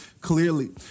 clearly